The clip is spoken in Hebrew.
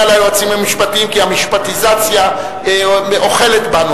ליועצים המשפטיים כי המשפטיציה אוכלת בנו,